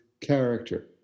character